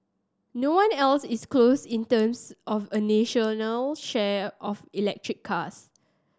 no one else is close in terms of a national share of electric cars